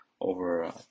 over